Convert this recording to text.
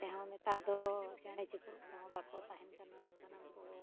ᱛᱮᱦᱚᱸ ᱱᱮᱛᱟᱨ ᱫᱚ ᱪᱮᱬᱮᱼᱪᱤᱯᱨᱩᱫ ᱠᱚᱦᱚᱸ ᱵᱟᱠᱚ ᱛᱟᱦᱮᱱ ᱠᱟᱱᱟ ᱥᱟᱱᱟᱢ ᱠᱚ